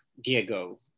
Diego